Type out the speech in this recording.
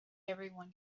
everyone